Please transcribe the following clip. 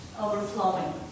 overflowing